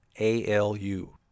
ALU